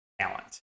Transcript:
talent